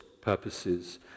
purposes